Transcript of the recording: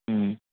ହୁଁ